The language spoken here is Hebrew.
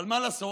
אבל מה לעשות,